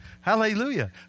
Hallelujah